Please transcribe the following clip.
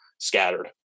scattered